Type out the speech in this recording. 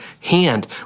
hand